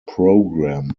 program